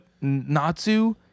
Natsu